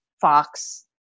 Fox